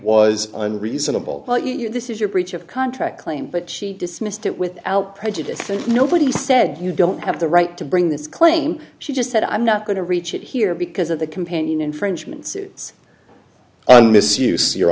was an reasonable value this is your breach of contract claim but she dismissed it without prejudice and nobody said you don't have the right to bring this claim she just said i'm not going to reach it here because of the companion infringements it's an misuse you